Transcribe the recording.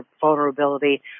vulnerability